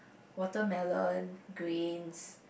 watermelon grains